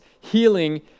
healing